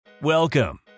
Welcome